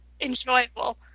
enjoyable